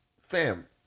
fam